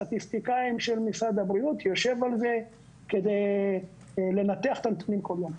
סטטיסטיקאים של משרד הבריאות יושב על זה כדי לנתח את הנתונים כל יום.